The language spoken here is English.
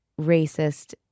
racist